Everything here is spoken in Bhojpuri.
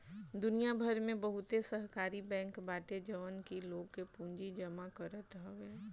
दुनिया भर में बहुते सहकारी बैंक बाटे जवन की लोग के पूंजी जमा करत हवे